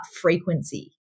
frequency